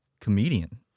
Comedian